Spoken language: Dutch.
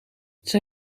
zij